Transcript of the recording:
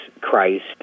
Christ